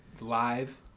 Live